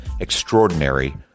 extraordinary